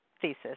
thesis